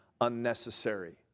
unnecessary